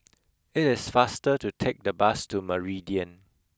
it is faster to take the bus to Meridian